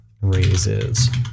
raises